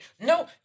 No